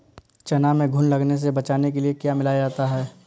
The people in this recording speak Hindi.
चना में घुन लगने से बचाने के लिए क्या मिलाया जाता है?